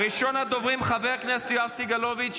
ראשון הדוברים, חבר הכנסת יואב סגלוביץ'